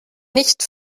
nicht